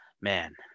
man